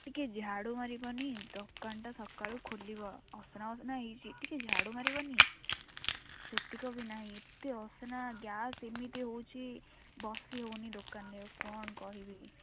ଟିକେ ଝାଡ଼ୁ ମାରିବନି ଦୋକାନଟା ସକାଳୁ ଖୋଲିବ ଅସନା ମସନା ହେଇଛି ଟିକେ ଝାଡ଼ୁ ମାରିବନି ସେତିକ ବି ନାହିଁ ଏତେ ଅସନା ଗ୍ୟାସ୍ ଏମିତି ହେଉଛି ବସି ହେଉନି ଦୋକାନରେ ଆଉ କ'ଣ କହିବି